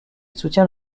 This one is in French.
soutient